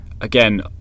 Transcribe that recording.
Again